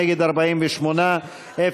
48 נגד,